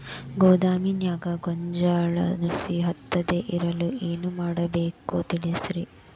ಗೋದಾಮಿನ್ಯಾಗ ಗೋಂಜಾಳ ನುಸಿ ಹತ್ತದೇ ಇರಲು ಏನು ಮಾಡಬೇಕು ತಿಳಸ್ರಿ